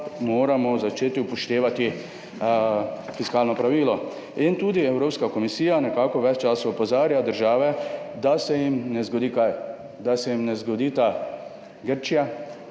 znova začeti upoštevati fiskalno pravilo. Evropska komisija nekako ves čas opozarja države, da se nam ne bi zgodila Grčija